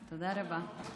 תודה רבה.